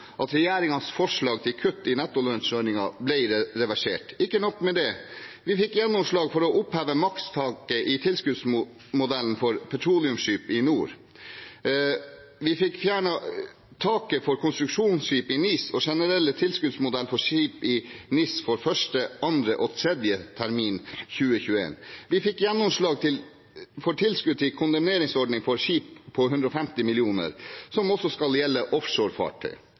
at regjeringens forslag til kutt i nettolønnsordningen ble reversert. Ikke nok med det: Vi fikk gjennomslag for å oppheve makstaket i tilskuddsmodellen for petroleumsskip i NOR. Vi fikk fjernet taket for konstruksjonsskip i NIS og den generelle tilskuddsmodellen for NIS for første, andre og tredje termin 2021. Vi fikk gjennomslag for tilskudd til kondemneringsordning for skip på 150 mill. kr, som også skal gjelde